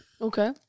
Okay